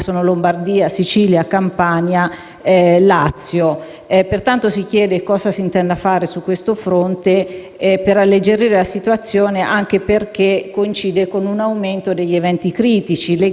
Pertanto, si chiede al Ministro cosa si intenda fare su questo fronte per alleggerire la situazione, anche perché essa coincide con un aumento degli eventi critici, legati anche a quella nuova modalità